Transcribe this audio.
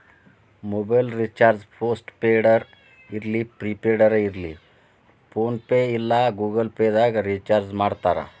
mobile recharge post ಪೇಡರ ಇರ್ಲಿ prepaid ಇರ್ಲಿ ಫೋನ್ಪೇ ಇಲ್ಲಾ ಗೂಗಲ್ ಪೇದಾಗ್ ರಿಚಾರ್ಜ್ಮಾಡ್ತಾರ